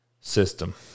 system